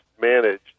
managed